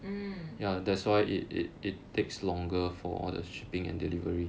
mm